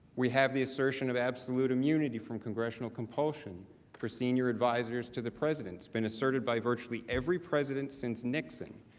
we have the assertion of absolute immunity from congressional compulsion from senior advisers to the president, it's been asserted by virtually every president since nixon.